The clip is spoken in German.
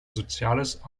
soziales